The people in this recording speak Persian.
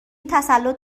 تسلط